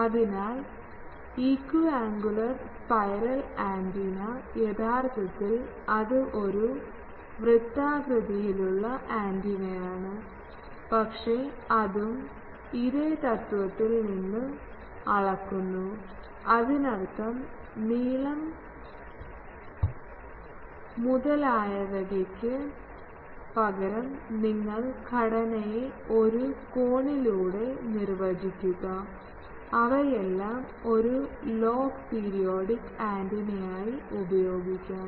അതിനാൽ equiangular spiral antenna യഥാർത്ഥത്തിൽ അത് ഒരു വൃത്താകൃതിയിലുള്ള ആന്റിനയാണ് പക്ഷേ അതും ഇതേ തത്ത്വത്തിൽ നിന്ന് അളക്കുന്നു അതിനർത്ഥം നീളം മുതലായവയ്ക്ക് പകരം നിങ്ങൾ ഘടനയെ ഒരു കോണിലൂടെ നിർവചിക്കുക അവയെല്ലാം ഒരു ലോഗ് പീരിയോഡിക് ആന്റിനയായി ഉപയോഗിക്കാം